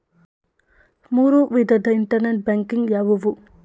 ಮೂರು ವಿಧದ internet banking ಯಾವುವು?